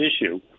issue